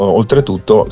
oltretutto